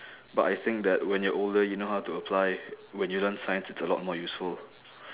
but I think that when you're older you know how to apply when you learn science it's a lot more useful